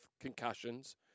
concussions